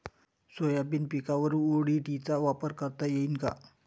Soybean पिकावर ODT चा वापर करता येईन का?